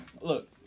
Look